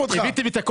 את השאלה.